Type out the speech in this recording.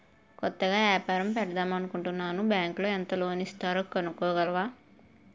కొత్తగా ఏపారం పెడదామనుకుంటన్నాను బ్యాంకులో ఎంత లోను ఇస్తారో కనుక్కోవాల